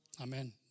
Amen